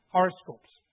Horoscopes